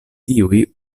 tiuj